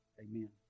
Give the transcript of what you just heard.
Amen